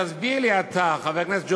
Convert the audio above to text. תסביר לי אתה, חבר הכנסת ג'בארין,